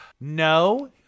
No